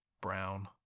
brown